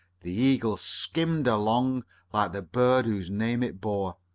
the eagle skimmed along like the bird whose name it bore.